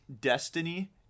Destiny